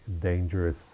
dangerous